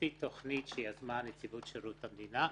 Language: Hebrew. לפי תכנית שיזמה נציבות שירות המדינה,